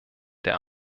der